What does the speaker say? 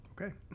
Okay